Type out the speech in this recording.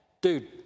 Dude